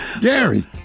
Gary